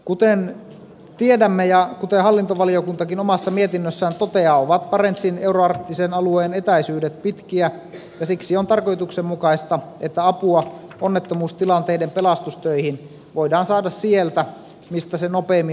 kuten tiedämme ja kuten hallintovaliokuntakin omassa mietinnössään toteaa ovat barentsin euroarktisen alueen etäisyydet pitkiä ja siksi on tarkoituksenmukaista että apua onnettomuustilanteiden pelastustöihin voidaan saada sieltä mistä se nopeimmin on saatavilla